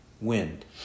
wind